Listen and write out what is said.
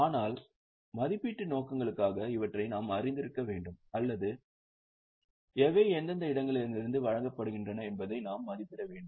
ஆனால் மதிப்பீட்டு நோக்கங்களுக்காக இவற்றை நாம் அறிந்திருக்க வேண்டும் அல்லது அவை எந்தெந்த இடங்களிலிருந்து வழங்கப்படுகின்றன என்பதை நாம் மதிப்பிட வேண்டும்